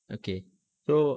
okay so